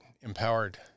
empowered